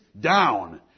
down